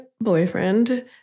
boyfriend